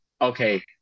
okay